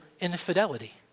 infidelity